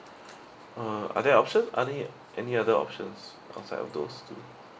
uh are there option any any other options outside of those